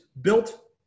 built